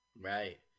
Right